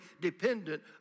dependent